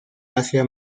asia